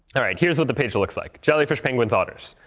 all right, here's what the page looks like jellyfish, penguins, otters